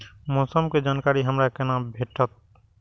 मौसम के जानकारी हमरा केना भेटैत?